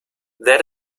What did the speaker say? that